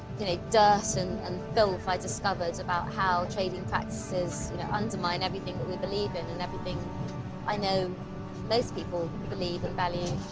you know, dirt and and filth i discovered about how trading practices undermine everything that we believe in and everything i know most people believe and value.